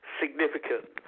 significant –